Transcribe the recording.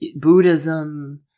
buddhism